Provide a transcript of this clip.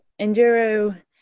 enduro